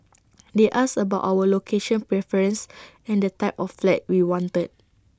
they asked about our location preference and the type of flat we wanted